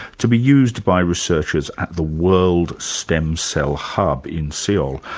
to be used by researchers at the world stem cell hub in seoul.